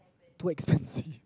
too expensive